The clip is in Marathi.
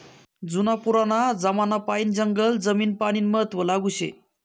जुना पुराना जमानापायीन जंगल जमीन पानीनं महत्व लागू शे